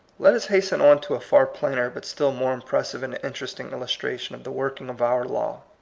let us hasten on to a far plainer but still more impressive and interesting illus tration of the working of our law.